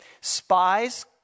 spies